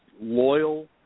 loyal